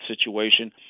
situation